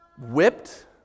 whipped